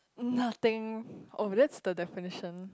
nothing oh that's the definition